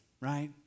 right